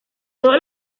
todos